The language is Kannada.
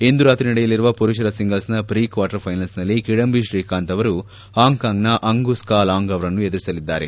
ಇಂದು ರಾತ್ರಿ ನಡೆಯಲಿರುವ ಪುರುಷರ ಸಿಂಗಲ್ಲೆನ ಪ್ರೀ ಕ್ವಾರ್ಟರ್ ಫೈನಲ್ಲೆನಲ್ಲಿ ಕಿಡಂಬಿ ಶ್ರೀಕಾಂತ್ ಅವರು ಹಾಂಕಾಂಗ್ನ ಅಂಗುಸ್ ಕಾ ಲಾಂಗ್ ಅವರನ್ನು ಎದುರಿಸಲಿದ್ದಾರೆ